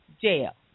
Jail